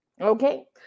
Okay